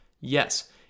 Yes